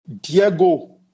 Diego